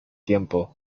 tiempo